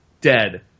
dead